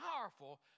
powerful